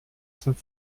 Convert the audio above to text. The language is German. sind